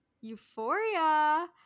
Euphoria